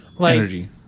energy